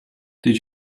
did